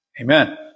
Amen